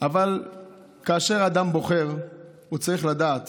אבל כאשר אדם בוחר הוא צריך לדעת